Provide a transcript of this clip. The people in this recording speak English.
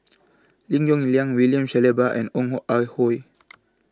Lim Yong Liang William Shellabear and Ong Ah Hoi